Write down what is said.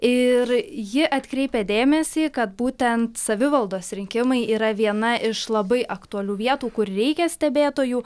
ir ji atkreipia dėmesį kad būten savivaldos rinkimai yra viena iš labai aktualių vietų kur reikia stebėtojų